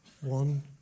One